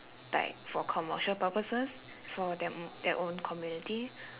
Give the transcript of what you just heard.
like for commercial purposes it's for them their own community